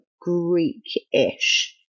Greek-ish